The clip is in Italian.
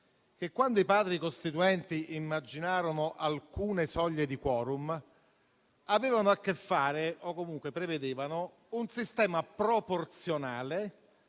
che quando i Padri costituenti immaginarono alcune soglie di *quorum* avevano a che fare - o comunque prevedevano - un sistema proporzionale